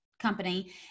Company